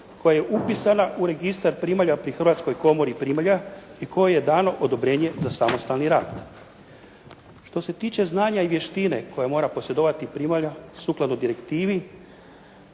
koja je upisana u registar primalja pri Hrvatskoj komori primalja i kojoj je dano odobrenje za samostalni rad. Što se tiče znanja i vještine koje mora posjedovati primalja, sukladno direktivi